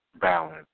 balance